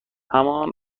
همان